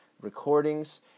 recordings